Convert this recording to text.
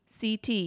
CT